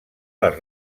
les